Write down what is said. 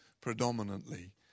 predominantly